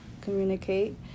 communicate